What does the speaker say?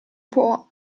può